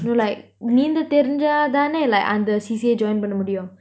to like நீந்த தெரிஞ்ச தான:neentha terinja thaana like அந்த:antha C_C_A join பண்ண முடியும்:panna mudiyum